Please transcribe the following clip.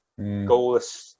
goalless